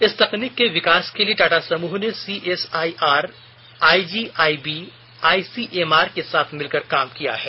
इस तकनीक के विकास के लिए टाटा समूह ने सीएसआईआर आईजीआई बी और आईसीएमआर के साथ मिलकर काम किया है